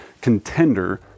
contender